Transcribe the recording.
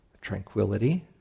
tranquility